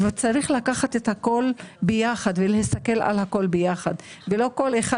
צריך לקחת את הכול ביחד ולהסתכל על הכול ביחד ולא כל אחד,